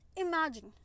imagine